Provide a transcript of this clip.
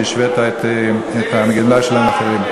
שהשווית את הגמלה שלהם לאחרים.